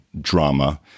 drama